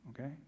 okay